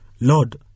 Lord